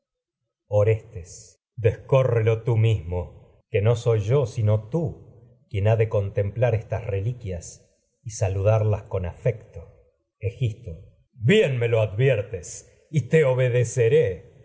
orestes descórrelo tú mismo que no soy yo sino tú quien ha de contemplar estas reliquias y saludarlas con afecto egisto bien me lo adviertes y te obedeceré